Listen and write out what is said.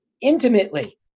intimately